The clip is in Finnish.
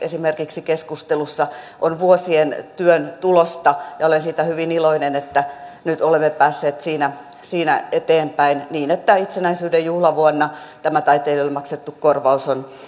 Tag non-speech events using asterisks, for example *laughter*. *unintelligible* esimerkiksi keskustelussa on vuosien työn tulosta ja olen siitä hyvin iloinen että nyt olemme päässeet siinä siinä eteenpäin niin että itsenäisyyden juhlavuonna tämä taiteilijoille maksettu korvaus on